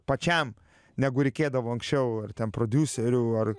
pačiam negu reikėdavo anksčiau ar ten prodiuserių ar